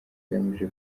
agamije